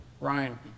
Ryan